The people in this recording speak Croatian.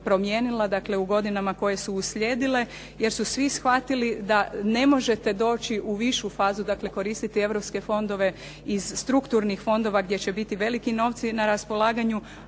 promijenila. Dakle, u godinama koje su uslijedile jer su svi shvatili da ne možete doći u višu fazu, dakle koristiti europske fondove iz strukturnih fondova gdje će biti veliki novci na raspolaganju